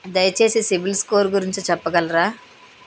దయచేసి CIBIL score గురించి చెప్పగలరా?